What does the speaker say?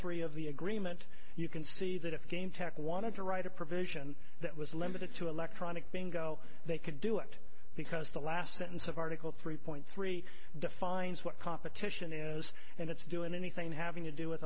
the agreement you can see that if game tech wanted to write a provision that was limited to electronic bingo they could do it because the last sentence of article three point three defines what competition is and it's doing anything having to do with